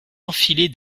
enfilez